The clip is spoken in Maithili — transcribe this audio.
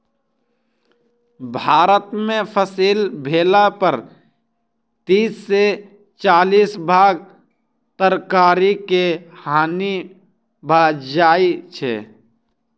भारत में फसिल भेला पर तीस से चालीस भाग तरकारी के हानि भ जाइ छै